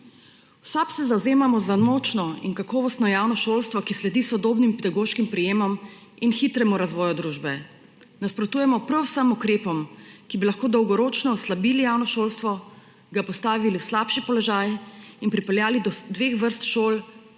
V SAB se zavzemamo za močno in kakovostno javno šolstvo, ki sledi sodobnim pedagoškim prijemom in hitremu razvoju družbe. Nasprotujemo prav vem ukrepom, ki bi lahko dolgoročno oslabili javno šolstvo, ga postavili v slabši položaj in pripeljali do dveh vrst šol,